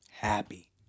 happy